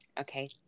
okay